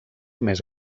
més